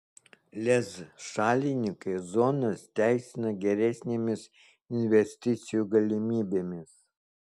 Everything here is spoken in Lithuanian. lez šalininkai zonas teisina geresnėmis investicijų galimybėmis